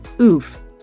oof